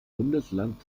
bundesland